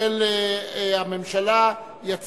של הממשלה, קריאה ראשונה.